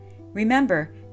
Remember